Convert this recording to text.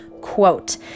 quote